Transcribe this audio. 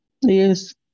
Yes